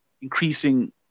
increasing